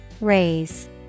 Raise